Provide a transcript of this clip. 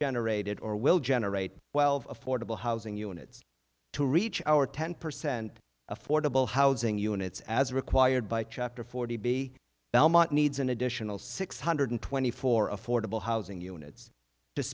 generated or will generate twelve fordable housing units to reach our ten percent affordable housing units as required by chapter forty b belmont needs an additional six hundred twenty four affordable housing units